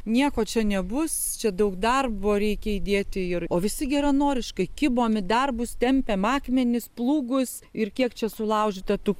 nieko čia nebus čia daug darbo reikia įdėti ir o visi geranoriškai kibom į darbus tempėm akmenis plūgus ir kiek čia sulaužyta tų